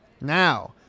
Now